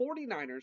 49ers